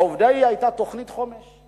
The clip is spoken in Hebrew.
העובדה שהיתה תוכנית חומש,